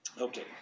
Okay